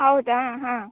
ಹೌದಾ ಹಾಂ